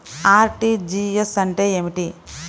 RTGS అంటే ఏమిటి?